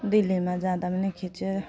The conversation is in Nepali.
दिल्लीमा जाँदा पनि खिचेँ